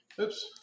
Oops